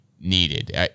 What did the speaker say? needed